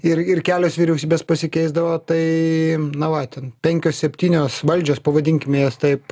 ir ir kelios vyriausybės pasikeisdavo tai na va ten penkios septynios valdžios pavadinkime jas taip